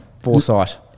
Foresight